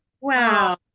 wow